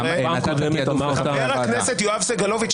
חבר הכנסת יואב סגלוביץ',